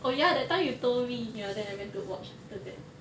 oh ya that time you told me ya then I went to watch after that